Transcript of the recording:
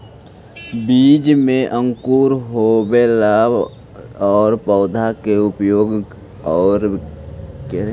बीज में अंकुर होवेला आउ पौधा के उगेला आउ क्यारी के कोड़के भरेला आदि कार्य कृषिचक्र में शामिल हइ